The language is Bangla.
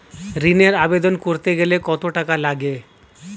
ঋণের আবেদন করতে গেলে কত টাকা লাগে?